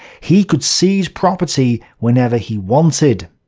he could seize property whenever he wanted.